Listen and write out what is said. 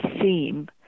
theme